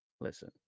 Listen